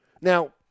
Now